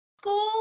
school